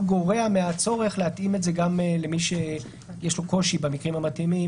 גורע מהצורך להתאים את זה גם למי שיש קושי במקרים המתאימים